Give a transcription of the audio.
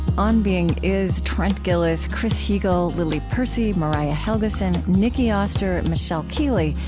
on being is trent gilliss, chris heagle, lily percy, mariah helgeson, nicki oster, michelle keeley,